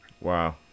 Wow